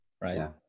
right